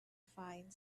find